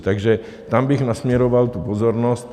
Takže tam bych nasměroval tu pozornost.